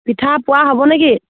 পিঠা পোৱা হ'ব নেকি